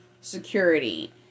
security